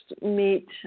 meet